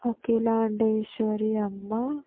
ಅಖಿಲಾಂಡೇಶ್ವರಿ ಅಮ್ಮ